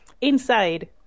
inside